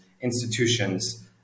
institutions